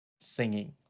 singing